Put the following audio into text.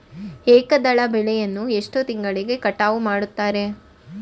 ಏಕದಳ ಬೆಳೆಯನ್ನು ಎಷ್ಟು ತಿಂಗಳಿಗೆ ಕಟಾವು ಮಾಡುತ್ತಾರೆ?